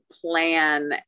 plan